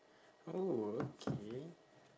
oh okay